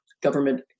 government